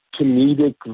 comedic